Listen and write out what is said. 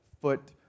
foot